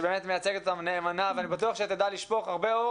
שבאמת מייצגת אותם נאמנה ואני בטוח שתדע לשפוך הרבה אור